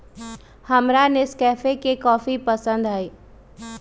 हमरा नेस्कैफे के कॉफी पसंद हई